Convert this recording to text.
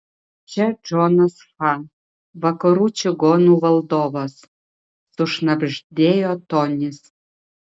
čia džonas fa vakarų čigonų valdovas sušnabždėjo tonis